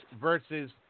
versus